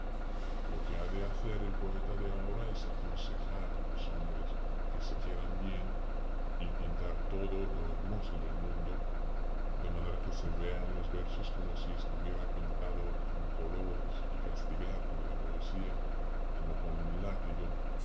lo que ha de hacer el poeta de ahora es aconsejar a los hombres que se quieran bien y pintar todo lo hermoso del mundo de manera que se vea en los versos como si estuviera pintado con colores y castigar con la poesía como con un látigo